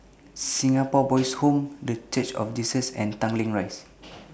Singapore Boys' Home The Church of Jesus and Tanglin Rise